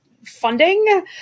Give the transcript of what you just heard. Funding